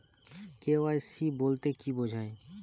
KYC বলতে কি বোঝায়?